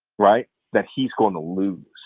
right, that he's going to lose.